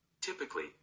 Typically